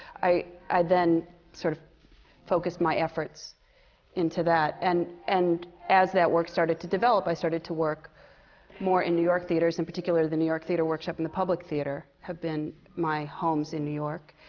i i then sort of focused my efforts into that. and and as that work started to develop, i started to work more in new york theatres. in particular, the new york theatre workshop and the public theatre have been my homes in new york.